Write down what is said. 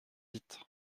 vite